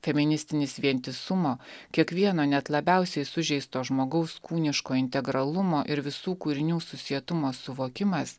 feministinis vientisumo kiekvieno net labiausiai sužeisto žmogaus kūniško integralumo ir visų kūrinių susietumo suvokimas